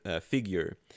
figure